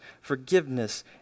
forgiveness